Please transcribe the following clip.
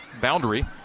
boundary